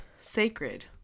sacred